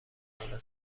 حالا